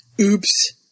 Oops